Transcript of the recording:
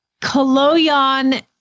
Koloyan